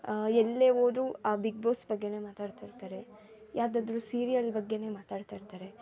ಎಲ್ಲೆ ಹೋದ್ರು ಆ ಬಿಗ್ ಬಾಸ್ ಬಗ್ಗೆಯೇ ಮಾತಾಡ್ತ ಇರ್ತಾರೆ ಯಾವುದಾದ್ರು ಸೀರಿಯಲ್ ಬಗ್ಗೆಯೇ ಮಾತಾಡ್ತ ಇರ್ತಾರೆ